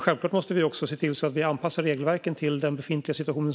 Självklart måste vi också se till att anpassa regelverken till den befintliga situationen.